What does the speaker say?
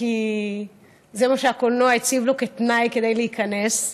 כי זה מה שהקולנוע הציב לו כתנאי כדי להיכנס.